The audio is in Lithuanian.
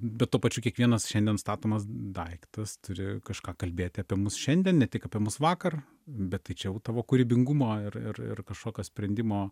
bet tuo pačiu kiekvienas šiandien statomas daiktas turėjo kažką kalbėti apie mus šiandien ne tik apie mus vakar bet tai čia jau tavo kūrybingumo ir ir ir kažkokio sprendimo